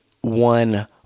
one